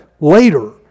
later